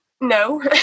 no